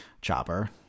Chopper